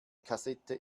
kassette